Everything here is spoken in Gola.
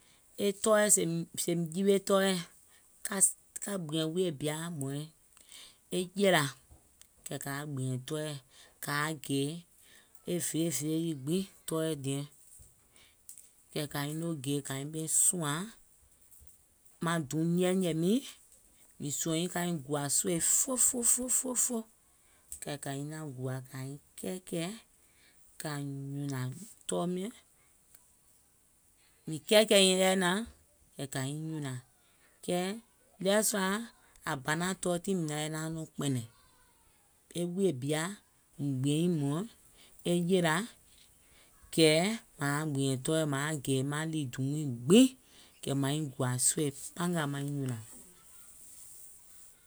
E tɔɔɛ̀, sèèìm jiwe tɔɔɛ̀ ka gbìàŋ wuiyè bìaà hmɔ̀ìŋ, e jèlà, kɛ̀ kàa gbìàŋ tɔɔɛ̀, kàa gè e fièfiè lii gbiŋ e tɔɔɛ̀, kɛ̀ kàiŋ noo gè kàiŋ sùàŋ, maŋ duum nyɛɛnyɛ̀ɛ̀ miiŋ kɛ̀ kàiŋ gùà sòi fofo fo, kɛ̀ kàiŋ naàŋ gùà kàiŋ kɛɛkɛ̀ɛ̀, kà nyùnàŋ tɔɔ miɔ̀ŋ. Mìŋ kɛɛkɛ̀ɛ̀ìŋ yɛi naàŋ kɛ̀ kàiŋ nyùnàŋ. Kɛɛ eɗeweɛ̀ sua àŋ banàŋ tɔɔ tiŋ mìŋ nàŋ naàŋ nɔŋ kpɛ̀nɛ̀ŋ. E wuiyè bìaà, mùŋ gbìɛìŋ hmɔ̀ɔ̀ŋ e jèlà kɛ̀ màaŋ gbìɛ̀ŋ tɔɔɛ̀ kɛ̀ màaŋ gì maŋ ɗì duum miiŋ gbiŋ, kɛ̀ màiŋ gùà sòi pangàà maŋ nyùnàŋ.